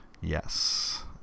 yes